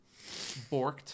borked